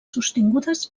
sostingudes